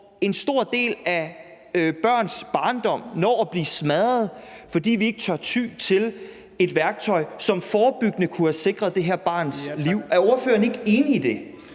en stor del af børns barndom når at blive smadret, fordi vi ikke tør ty til et værktøj, som forebyggende kunne have sikret det her barns liv. Er ordføreren ikke enig i det?